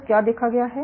तो क्या देखा गया है